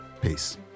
Peace